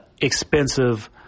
expensive